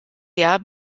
jahr